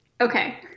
Okay